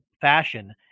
fashion